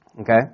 Okay